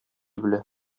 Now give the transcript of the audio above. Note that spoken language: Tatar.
белә